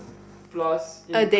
plus in